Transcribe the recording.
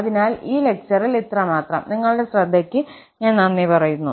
അതിനാൽ ഈ ലെക്ചറിൽ അത്രമാത്രം നിങ്ങളുടെ ശ്രദ്ധയ്ക്ക് ഞാൻ നന്ദി പറയുന്നു